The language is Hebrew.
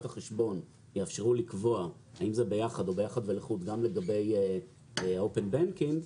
החשבון יאפשרו לקבוע האם זה ביחד או ביחד ולחוד גם לגבי ה-אופן בנקינג,